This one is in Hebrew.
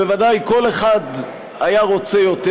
בוודאי כל אחד היה רוצה יותר,